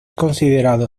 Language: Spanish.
considerado